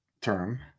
term